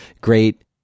great